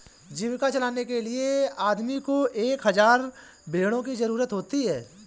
जीविका चलाने के लिए आदमी को एक हज़ार भेड़ों की जरूरत होती है